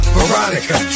Veronica